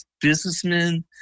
businessmen